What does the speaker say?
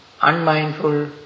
unmindful